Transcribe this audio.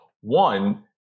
one